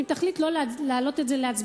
אם תחליט לא להעלות את זה להצבעה,